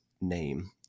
name